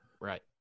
Right